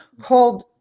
called